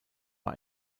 war